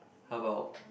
how about